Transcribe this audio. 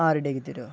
ആ റെഡിയാക്കിത്തരുമോ